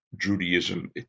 Judaism